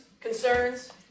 concerns